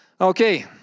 Okay